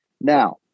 Now